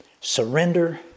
surrender